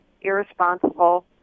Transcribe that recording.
irresponsible